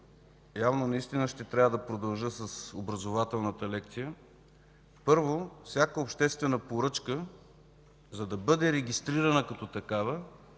явно наистина ще трябва да продължа с образователната лекция. Първо, всяка обществена поръчка, за да бъде регистрирана като такава,